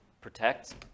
protect